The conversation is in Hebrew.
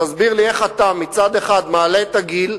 תסביר לי איך אתה מצד אחד מעלה את הגיל,